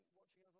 watching